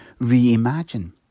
reimagine